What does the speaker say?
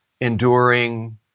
enduring